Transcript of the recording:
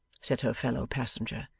said her fellow-passenger.